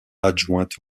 adjointe